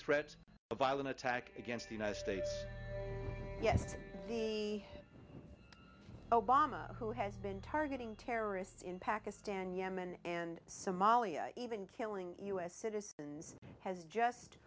threat of violent attack against the united states yes we obama who has been targeting terrorists in pakistan yemen and somalia even killing u s citizens has just